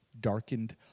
darkened